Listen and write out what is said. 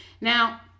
Now